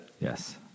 Yes